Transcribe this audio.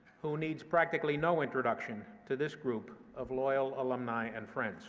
who needs practically no introduction to this group of loyal alumni and friends